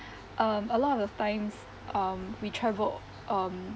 um a lot of the times um we travelled um